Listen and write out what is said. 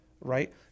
right